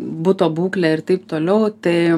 buto būklę ir taip toliau tai